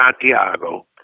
Santiago